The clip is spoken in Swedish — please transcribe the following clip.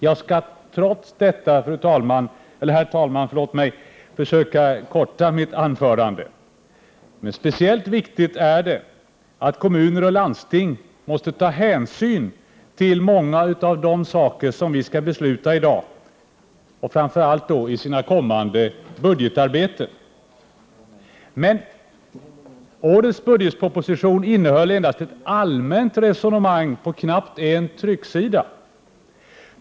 Jag skall trots detta försöka korta ner mitt anförande. Speciellt viktigt är att kommuner och landsting måste ta hänsyn till många av de saker som vi skall besluta om i dag, framför allt i sina kommande budgetarbeten. Årets budgetproposition innehöll dock endast ett allmänt resonemang på knappt en trycksida.